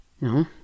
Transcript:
No